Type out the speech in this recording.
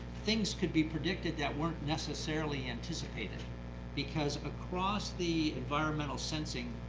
things could be predicted that weren't necessarily anticipated because across the environmental sensing